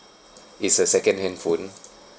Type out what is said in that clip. it's a second hand phone